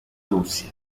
russia